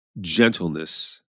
gentleness